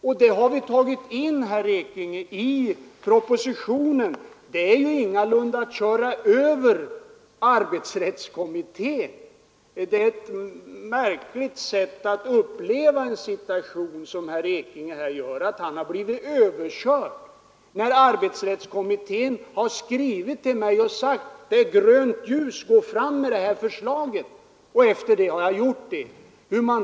Att lägga fram det här förslaget innebär ingalunda att köra över arbetsrättskommittén. Det är märkligt att herr Ekinge upplever situationer så, att kommittén har blivit överkörd, när arbetsrättskommittén har skrivit till mig och sagt: Det är grönt ljus, vi har inget emot det här förslaget! Och efter det har jag således lagt denna proposition.